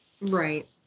Right